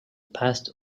past